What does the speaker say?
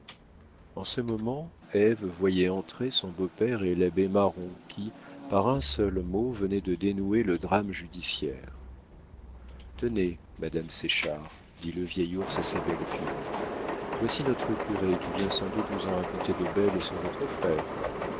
en ce moment ève voyait entrer son beau-père et l'abbé marron qui par un seul mot venait de dénouer le drame judiciaire tenez madame séchard dit le vieil ours à sa belle-fille voici notre curé qui vient sans doute nous en raconter de belles sur votre frère